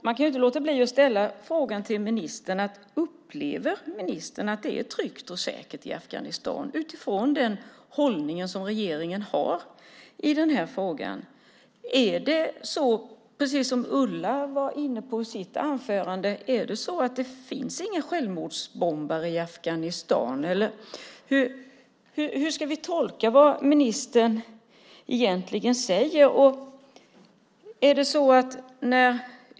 Man kan inte låta bli att ställa några frågor till ministern. Upplever ministern att det är tryggt och säkert i Afghanistan? Finns det inga självmordsbombare i Afghanistan? Hur ska vi tolka det ministern säger?